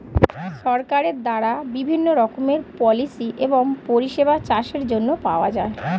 সরকারের দ্বারা বিভিন্ন রকমের পলিসি এবং পরিষেবা চাষের জন্য পাওয়া যায়